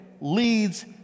leads